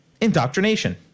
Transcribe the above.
indoctrination